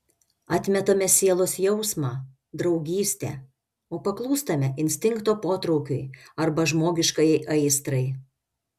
atmetame sielos jausmą draugystę o paklūstame instinkto potraukiui arba žmogiškajai aistrai